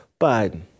Biden